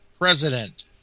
President